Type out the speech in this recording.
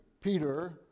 Peter